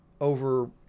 Over